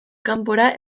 kanpora